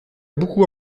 beaucoup